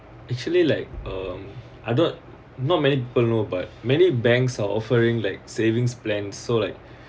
actually like uh I'm not not many people know but many banks are offering like savings plan so like